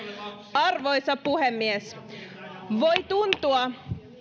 arvoisa puhemies voi tuntua